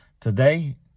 today